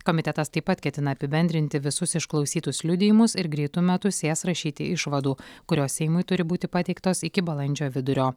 komitetas taip pat ketina apibendrinti visus išklausytus liudijimus ir greitu metu sės rašyti išvadų kurios seimui turi būti pateiktos iki balandžio vidurio